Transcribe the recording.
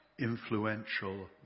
influential